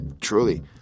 truly